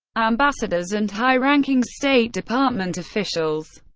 ambassadors and high-ranking state department officials.